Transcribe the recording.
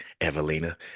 Evelina